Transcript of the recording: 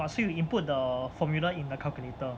ah so you input the formula in the calculator